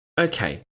Okay